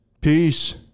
Peace